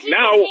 now